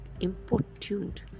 importuned